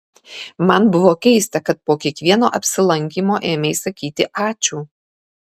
man buvo keista kad po kiekvieno apsilankymo ėmei sakyti ačiū